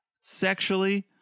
sexually